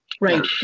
right